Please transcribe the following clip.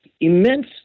immense